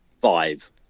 Five